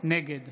נגד